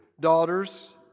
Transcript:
daughters